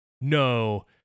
no